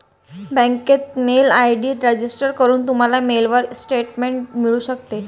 बँकेत mail ID register करून, तुम्हाला मेलवर स्टेटमेंट मिळू शकते